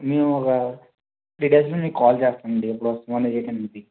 మేమొక త్రీ డేస్లో మీకు కాల్ చేస్తామండి ఎప్పుడొస్తామో ఎంటో అనేది